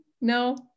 No